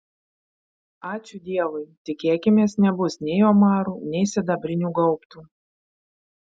ačiū dievui tikėkimės nebus nei omarų nei sidabrinių gaubtų